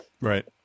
right